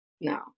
no